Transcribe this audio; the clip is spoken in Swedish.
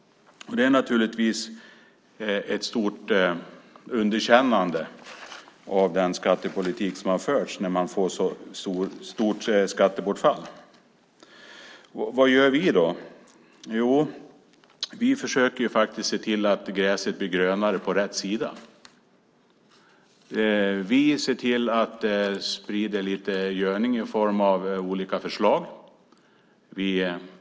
Det är naturligtvis ett stort underkännande av den skattepolitik som har förts när man får ett så stort skattebortfall. Vad gör vi då? Jo, vi försöker se till att gräset är grönare på rätt sida. Vi ser till att sprida lite gödning i form av olika förslag.